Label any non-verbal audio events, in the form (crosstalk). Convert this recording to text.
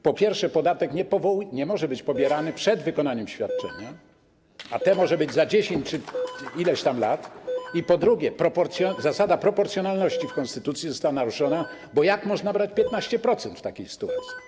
Po pierwsze, podatek nie może być pobierany (noise) przed wykonaniem świadczenia, a to może nastąpić (applause) za dziesięć czy ileś tam lat, i po drugie, zasada proporcjonalności w konstytucji została naruszona, bo jak można brać 15% w takiej sytuacji?